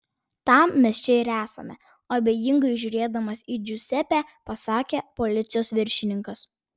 tam mes čia ir esame abejingai žiūrėdamas į džiuzepę pasakė policijos viršininkas